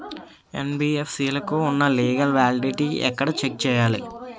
NBFC లకు ఉన్నా legal validity ఎక్కడ చెక్ చేయాలి?